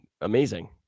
amazing